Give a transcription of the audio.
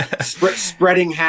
spreading